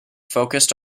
focused